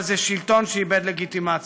אבל זה שלטון שאיבד לגיטימציה.